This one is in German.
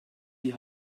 die